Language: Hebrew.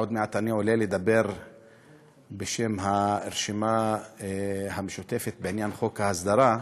עוד מעט אני עולה לדבר בשם הרשימה המשותפת בעניין חוק ההסדרה,